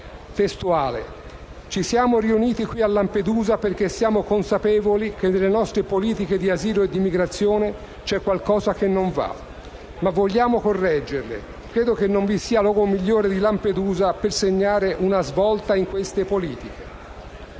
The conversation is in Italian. detto: «Ci siamo riuniti qui a Lampedusa perché siamo consapevoli che nelle nostre politiche di asilo e di migrazione c'è qualcosa che non va. Ma vogliamo correggerle. Credo che non vi sia luogo migliore di Lampedusa per segnare una svolta in queste politiche».